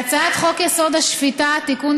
הצעת חוק-יסוד: השפיטה (תיקון,